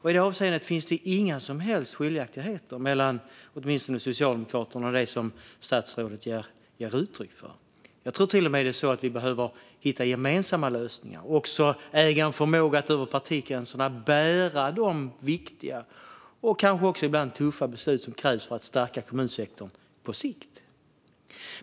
I det avseendet finns inga som helst skiljaktigheter mellan Socialdemokraterna och det som statsrådet ger uttryck för. Jag tror till och med att vi behöver hitta gemensamma lösningar och äga en förmåga att över partigränserna bära de viktiga och ibland tuffa beslut som krävs för att stärka kommunsektorn på sikt.